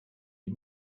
you